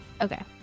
Okay